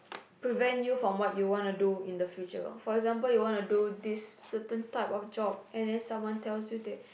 prevent you from what you wanna do in the future for example you wanna do this certain type of job and then someone tells you that